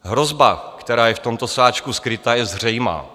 Hrozba, která je v tomto sáčku skryta, je zřejmá.